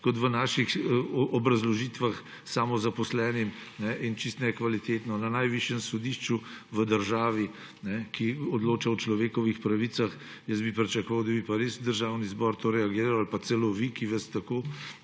kot v naših obrazložitvah samozaposlenim. Čisto nekvalitetno in to na najvišjem sodišču v državi, ki odloča o človekovih pravicah. Jaz bi pričakoval, da bi pa res Državni zbor na to reagiral ali pa celo vi, ki tako